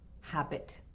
habit